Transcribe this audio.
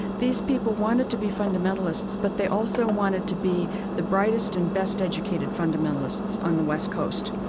these people wanted to be fundamentalists, but they also wanted to be the brightest and best-educated fundamentalists on the west coast.